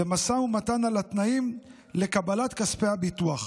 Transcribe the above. ומשא ומתן על התנאים לקבלת כספי הביטוח.